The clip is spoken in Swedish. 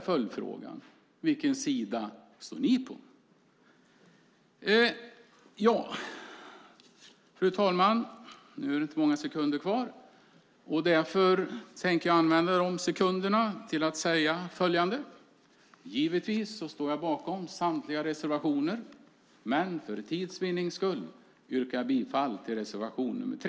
Följdfrågan blir då: Vilken sida står ni på? Fru talman! Jag står givetvis bakom samtliga reservationer, men för tids vinnande yrkar jag bifall till reservation nr 3.